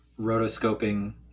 rotoscoping